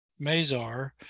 Mazar